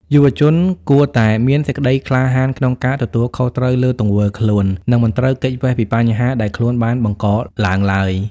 យុវជនគួរតែ "មានសេចក្ដីក្លាហានក្នុងការទទួលខុសត្រូវលើទង្វើខ្លួន" និងមិនត្រូវគេចវេសពីបញ្ហាដែលខ្លួនបានបង្កឡើងឡើយ។